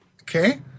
Okay